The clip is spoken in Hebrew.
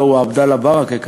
הלוא הוא עבדאללה ברכה,